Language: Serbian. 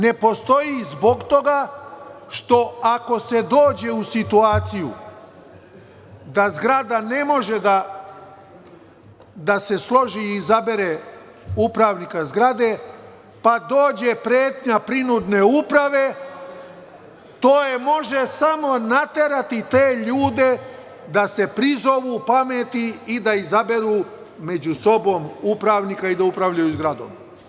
Ne postoji zbog toga što ako se dođe u situaciju da zgrada ne može da se složi i izabere upravnika zgrade, pa dođe pretnja prinudne uprave, to samo može naterati te ljude da se prizovu pameti i da izaberu među sobom upravnika i da upravljaju zgradom.